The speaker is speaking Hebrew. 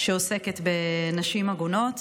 שעוסקת בנשים עגונות.